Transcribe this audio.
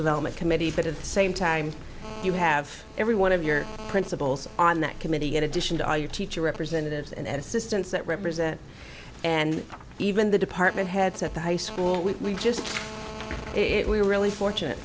development committee but at the same time you have every one of your principles on that committee get addition to all your teacher representatives and assistance that represent and even the department heads at the high school we just do it we're really fortunate